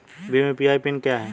Bhim UPI PIN क्या है?